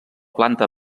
planta